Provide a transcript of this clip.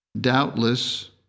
Doubtless